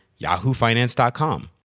yahoofinance.com